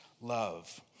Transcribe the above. love